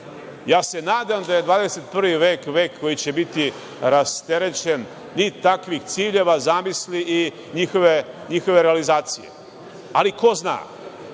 se nadam da je 21. vek vek koji će biti rasterećen i takvih ciljeva i zamisli i njihove realizacije, ali ko zna. Da